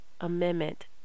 amendment